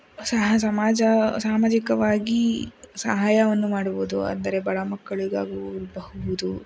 ಸಮಾಜ ಸಾಮಾಜಿಕವಾಗಿ ಸಹಾಯವನ್ನು ಮಾಡುವುದು ಅಂದರೆ ಬಡ ಮಕ್ಕಳಿಗಾಗೂ ಬಹುದು